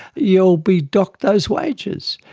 you'll be docked those wages.